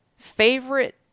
Favorite